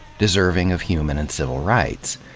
deserving of human and civil rights.